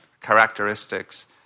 characteristics